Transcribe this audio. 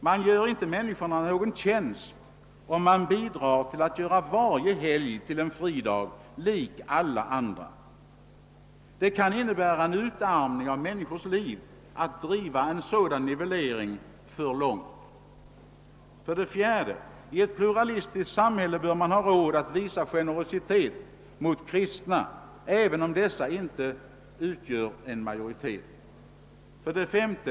Man gör inte människorna någon tjänst om man bidrar till att göra varje helg till en fridag lik alla andra. Det kan innebära en utarmning av människors liv att driva en sådan nivellering för långt. 4. I ett pluralistiskt samhälle bör man ha råd att visa generositet mot kristna, även om dessa inte utgör någon majoritet. 53.